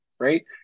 Right